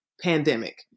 pandemic